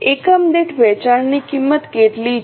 એકમ દીઠ વેચાણ કિંમત કેટલી છે